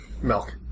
Milk